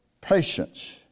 patience